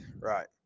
Right